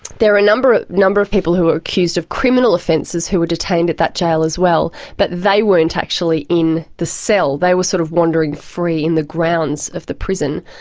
there were a number number of people who were accused of criminal offences who were detained at that jail as well but they weren't actually in the cell, they were sort of wandering free in the grounds of the prison.